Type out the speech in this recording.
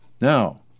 Now